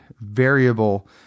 variable